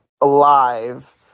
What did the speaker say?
alive